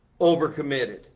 Overcommitted